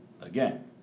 again